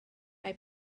mae